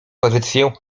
pozycję